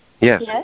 Yes